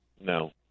No